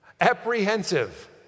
Apprehensive